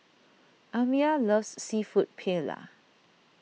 Amya loves Seafood Paella